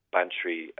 Bantry